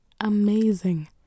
amazing